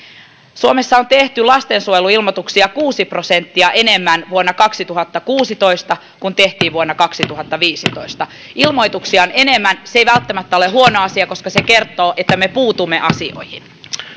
suomessa on tehty lastensuojeluilmoituksia kuusi prosenttia enemmän vuonna kaksituhattakuusitoista kuin tehtiin vuonna kaksituhattaviisitoista se että ilmoituksia on enemmän ei välttämättä ole huono asia koska se kertoo että me puutumme asioihin